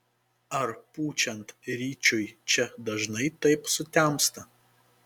ar pučiant ryčiui čia dažnai taip sutemsta